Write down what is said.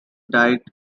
diet